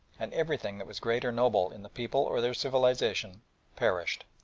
and everything that was great or noble in the people or their civilisation perished.